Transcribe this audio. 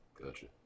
Gotcha